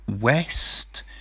West